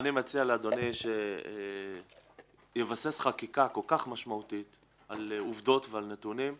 אני מציע לאדוני שיבסס חקיקה כל כך משמעותית על עובדות ועל נתונים,